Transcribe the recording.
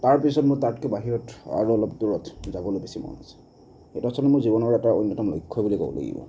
তাৰপিছত মোৰ তাতকৈ বাহিৰত আৰু অলপ দূৰত যাবলৈ বেছি মন আছে এইটো আচলতে মোৰ জীৱনৰ এটা অন্যতম লক্ষ্য বুলি ক'ব লাগিব